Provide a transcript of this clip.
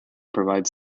provides